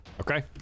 Okay